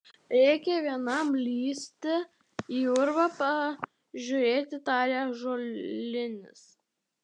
reikia vienam lįsti į urvą pažiūrėti tarė ąžuolinis